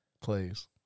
plays